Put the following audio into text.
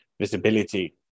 visibility